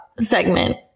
Segment